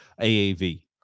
AAV